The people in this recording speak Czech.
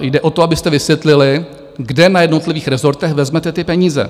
Jde o to, abyste vysvětlili, kde na jednotlivých resortech vezmete ty peníze.